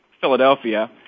Philadelphia